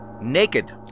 Naked